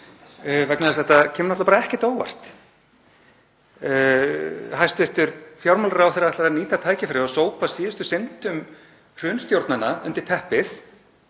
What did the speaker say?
vegna þess að þetta kemur bara ekkert á óvart. Hæstv. fjármálaráðherra ætlaði að nýta tækifærið og sópa síðustu syndum hrunstjórnanna undir teppið